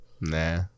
Nah